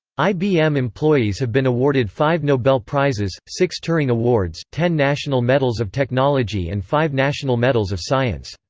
ibm employees have been awarded five nobel prizes, six turing awards, ten national medals of technology and five national medals of science.